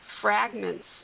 fragments